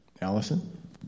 Allison